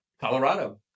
Colorado